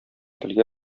телгә